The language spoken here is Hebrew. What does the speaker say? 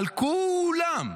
על כולם.